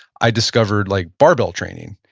i discovered like barbell training,